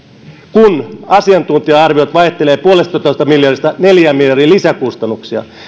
kun asiantuntija arviot vaihtelevat yhdestä pilkku viidestä miljardista neljään miljardiin lisäkustannuksia